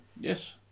Yes